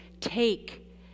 Take